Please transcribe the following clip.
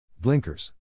blinkers